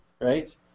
right